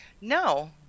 No